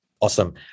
Awesome